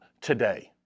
today